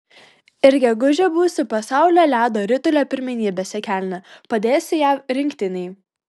ir gegužę būsiu pasaulio ledo ritulio pirmenybėse kelne padėsiu jav rinktinei